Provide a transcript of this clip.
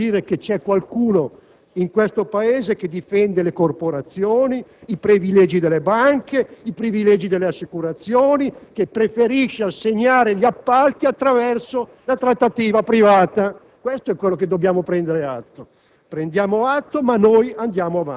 Ne prendiamo atto: vuol dire che c'è qualcuno in questo Paese che difende le corporazioni, i privilegi delle banche e delle assicurazioni, che preferisce assegnare gli appalti attraverso la trattativa privata. Questo è ciò di cui dobbiamo prendere atto.